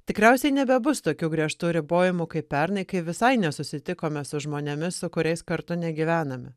tikriausiai nebebus tokių griežtų ribojimų kaip pernai kai visai nesusitikome su žmonėmis su kuriais kartu negyvename